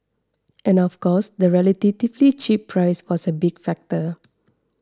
and of course the relatively cheap price was a big factor